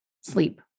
sleep